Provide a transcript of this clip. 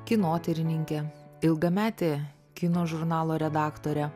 kinotyrininke ilgamete kino žurnalo redaktore